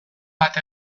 bat